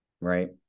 right